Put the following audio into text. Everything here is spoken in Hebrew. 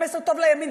זה מסר טוב לימין,